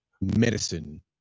medicine